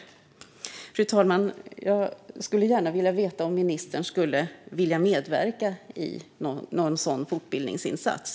Fru talman! Jag skulle gärna vilja veta om ministern skulle vilja medverka i en sådan fortbildningsinsats.